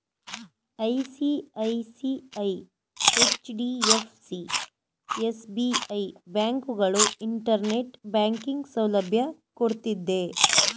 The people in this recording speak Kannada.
ಐ.ಸಿ.ಐ.ಸಿ.ಐ, ಎಚ್.ಡಿ.ಎಫ್.ಸಿ, ಎಸ್.ಬಿ.ಐ, ಬ್ಯಾಂಕುಗಳು ಇಂಟರ್ನೆಟ್ ಬ್ಯಾಂಕಿಂಗ್ ಸೌಲಭ್ಯ ಕೊಡ್ತಿದ್ದೆ